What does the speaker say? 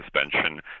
suspension